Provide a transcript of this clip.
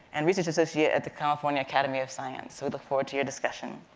and research associate at the california academy of science. so we look forward to your discussion.